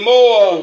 More